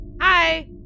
Hi